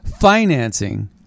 financing